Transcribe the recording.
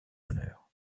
honneur